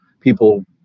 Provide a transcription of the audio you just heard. People